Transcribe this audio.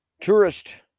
tourist